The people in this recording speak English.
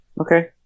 Okay